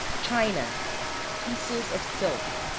china pieces of silk.